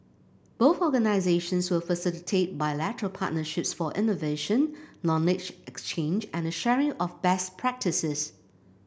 both organisations will facilitate bilateral partnerships for innovation knowledge exchange and the sharing of best practices